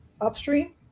upstream